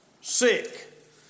sick